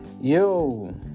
Yo